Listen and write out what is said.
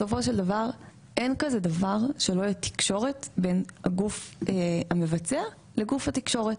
בסופו של דבר אין כזה דבר שלא תהיה תקשורת בין הגוף המבצע לגוף התקשורת.